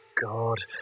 god